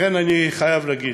לכן, אני חייב להגיד,